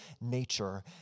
nature